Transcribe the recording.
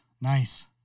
nice